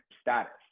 status